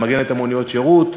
למגן את מוניות השירות,